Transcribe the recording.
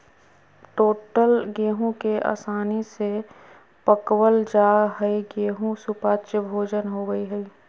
टूटल गेहूं के आसानी से पकवल जा हई गेहू सुपाच्य भोजन होवई हई